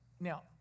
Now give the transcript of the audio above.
Now